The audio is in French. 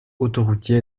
autoroutier